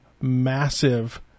massive